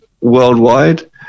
worldwide